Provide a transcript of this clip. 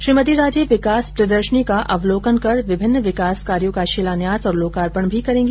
श्रीमती राजे विकास प्रदर्शनी का अवलोकन कर विभिन्न विकास कार्यो का शिलान्यास और लोकार्पण भी करेंगी